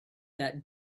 that